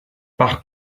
par